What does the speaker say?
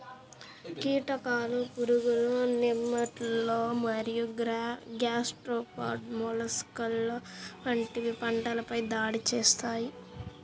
కీటకాలు, పురుగులు, నెమటోడ్లు మరియు గ్యాస్ట్రోపాడ్ మొలస్క్లు వంటివి పంటలపై దాడి చేస్తాయి